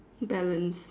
balance